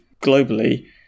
globally